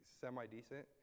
semi-decent